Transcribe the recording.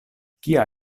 kia